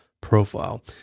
Profile